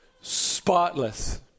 Spotless